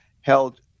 held